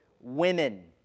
Women